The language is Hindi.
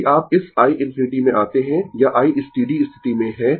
यदि आप इस i ∞ में आते है यह i स्टीडी स्थिति में है